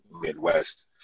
Midwest